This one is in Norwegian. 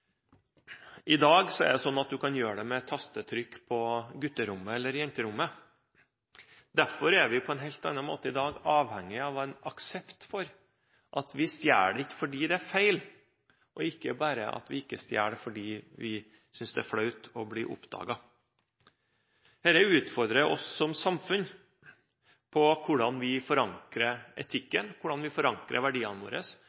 I dag er det slik at man kan gjøre dette med et tastetrykk fra gutterommet eller fra jenterommet. Derfor er vi i dag på en helt annen måte avhengig av en aksept for at vi stjeler ikke fordi det er feil – og ikke bare at vi ikke stjeler fordi vi synes det er flaut å bli oppdaget. Dette utfordrer oss som samfunn med hensyn til hvordan vi forankrer etikken, hvordan vi forankrer verdiene våre,